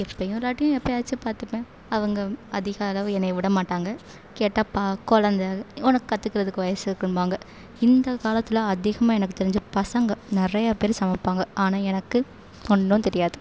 எப்பயும் இல்லாட்டி எப்பயாச்சும் பார்த்துப்பேன் அவங்க அதிகளவு என்னை விட மாட்டாங்க கேட்டால் பா கொழந்த உனக்கு கற்றுக்குறதுக்கு வயசு இருக்குதும்பாங்க இந்த காலத்தில் அதிகமாக எனக்கு தெரிஞ்சு பசங்க நிறையா பேர் சமைப்பாங்க ஆனால் எனக்கு ஒன்றும் தெரியாது